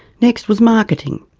next was marketing.